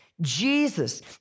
Jesus